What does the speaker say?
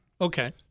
Okay